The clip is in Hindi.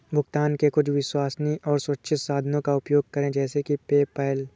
भुगतान के कुछ विश्वसनीय और सुरक्षित साधनों का उपयोग करें जैसे कि पेपैल